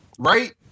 Right